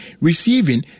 receiving